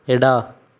ಎಡ